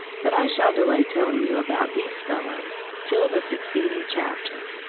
but i shall delay telling you about these fellows till the succeeding chapter.